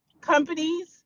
companies